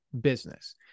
business